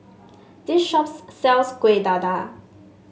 this shop sells Kueh Dadar